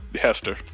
Hester